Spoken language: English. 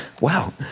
wow